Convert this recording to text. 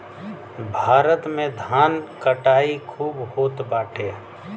भारत में धान के कटाई खूब होत बाटे